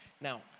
Now